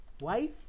wife